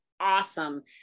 awesome